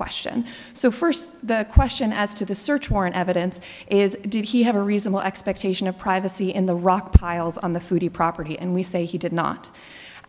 question so first the question as to the search warrant evidence is did he have a reasonable expectation of privacy in the rock piles on the food the property and we say he did not